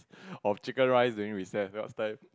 of chicken rice during recess last time